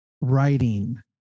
writing